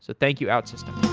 so thank you, outsystems.